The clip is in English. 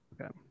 Okay